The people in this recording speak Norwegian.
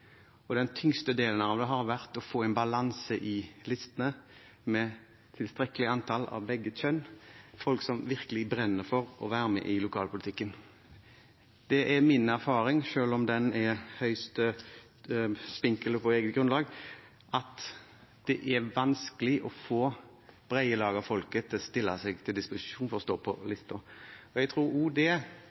og den tyngste delen av det har vært å få en balanse i listene, å få et tilstrekkelig antall av begge kjønn, folk som virkelig brenner for å være med i lokalpolitikken. Det er min erfaring – selv om den er høyst spinkel og på eget grunnlag – at det er vanskelig å få det brede lag av folket til å stille seg til disposisjon for å stå på lista, og jeg tror